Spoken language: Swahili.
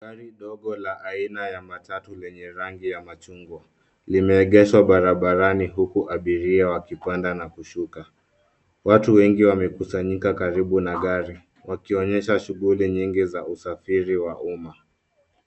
Gari dogo haina ya matatu lenye rangi ya machungwa limeegeshwa barabarani huku abiria wakipanda na kushuka. Watu wengi wamekusanyika karibu na gari wakionyesha shuguli mingi za usafiri wa umma.